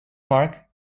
park